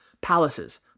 palaces